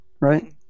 right